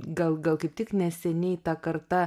gal gal kaip tik neseniai ta karta